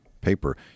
paper